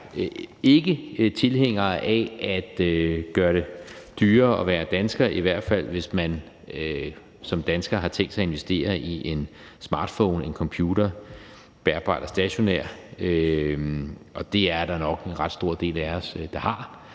ikke tilhængere af at gøre det dyrere at være dansker, i hvert fald hvis man som dansker har tænkt sig at investere i en smartphone, en computer, bærbar eller stationær, og det er der nok en ret stor del af os der har.